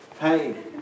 Hey